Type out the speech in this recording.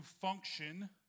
function